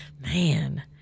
Man